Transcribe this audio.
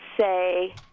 say